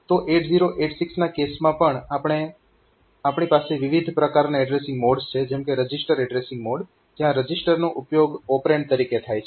તો 8086 ના કેસમાં પણ આપણી પાસે વિવિધ પ્રકારનાં એડ્રેસીંગ મોડ્સ છે જેમ કે રજીસ્ટર એડ્રેસીંગ મોડ જ્યાં રજીસ્ટરનો ઉપયોગ ઓપરેન્ડ તરીકે થાય છે